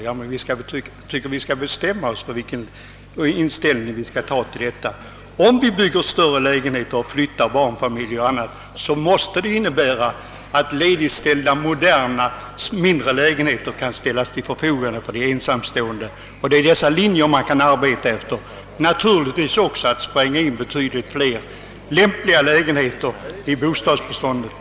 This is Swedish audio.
Jag tycker att vi skall bestämma oss för vilken inställning vi skall ha till detta. Om vi bygger större lägenheter och flyttar barnfamiljer och andra, så måste det medföra, att ledigställda moderna mindre lägenheter kan ställas till förfogande för de ensamstående. Det är dessa linjer man kan arbeta efter. Naturligtvis kan man också spränga in betydligt fler lämpliga lägenheter i bostadsbeståndet.